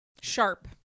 sharp